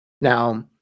Now